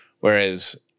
Whereas